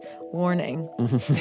warning